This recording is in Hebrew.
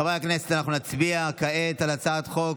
חברי הכנסת, אנחנו נצביע כעת על הצעת חוק